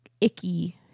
icky